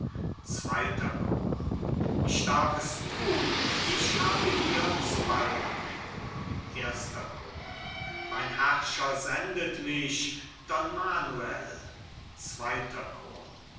zweiter chor bohemund ich darf es thun ich habe hier zu walten erster chor cajetan mein herrscher sendet mich don manuel zweiter chor